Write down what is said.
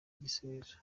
igisubizo